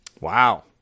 Wow